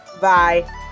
Bye